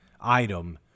item